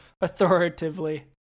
authoritatively